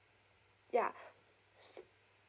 yeah